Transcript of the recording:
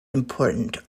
important